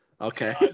okay